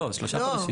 לא, שלושה חודשים.